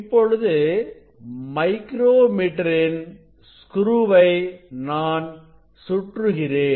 இப்பொழுது micro meter இன் ஸ்க்ரூவை நான் சுற்றுகிறேன்